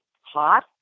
hot